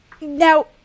Now